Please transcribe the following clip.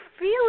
feel